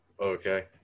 Okay